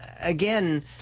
again